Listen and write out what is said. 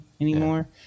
anymore